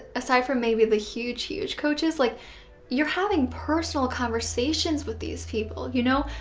aside from maybe the huge, huge coaches, like you're having personal conversations with these people, you know.